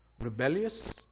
rebellious